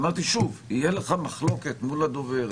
תהיה לך מחלוקת מול הדוברת,